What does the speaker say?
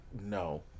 no